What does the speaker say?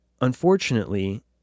unfortunately